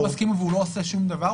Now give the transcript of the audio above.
לא מסכים והוא לא עושה שום דבר,